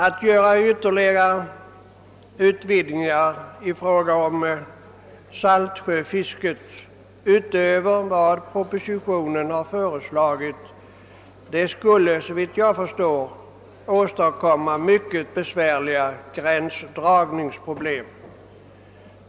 Att göra ytterligare utvidgningar i fråga om saltsjöfisket utöver dem propositionen har föreslagit skulle såvitt jag förstår medföra mycket besvärliga gränsdragningsproblem.